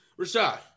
Rashad